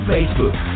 Facebook